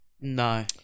No